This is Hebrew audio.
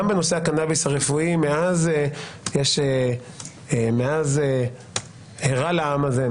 גם בנושא הקנאביס הרפואי, מאז הרע לעם הזה,